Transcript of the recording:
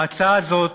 ההצעה הזאת,